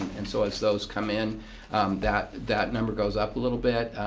and so as those come in that that number goes up a little bit.